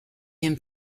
him